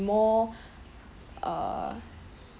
more uh